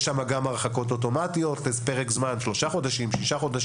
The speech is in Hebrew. יש שם גם הרחקות אוטומטיות לפרק זמן של 3 חודשים או 6 חודשים,